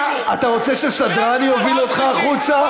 אתה רוצה שהסדרן יוביל אותך החוצה?